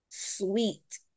sweet